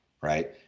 right